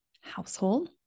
household